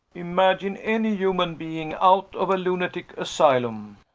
imagine any human being, out of a lunatic asylum,